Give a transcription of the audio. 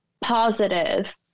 positive